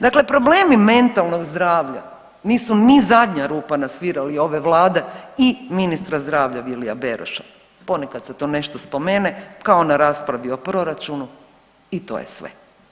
Dakle problemi mentalnog zdravlja nisu ni zadnja rupa na svirali ove vlade i ministra zdravlja Vilija Beroša, ponekad se to nešto spomene kao na raspravi o proračunu i to je sve.